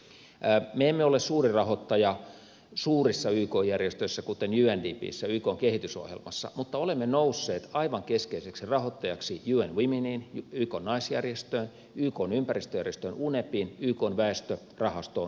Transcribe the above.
me emme ole suuri rahoittaja suurissa yk järjestöissä kuten undpssä ykn kehitysohjelmassa mutta olemme nousseet aivan keskeiseksi rahoittajaksi un womeniin ykn naisjärjestöön ykn ympäristöjärjestöön unepiin ykn väestörahastoon unfpaan